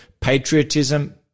patriotism